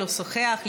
לשוחח,